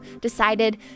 decided